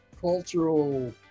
cultural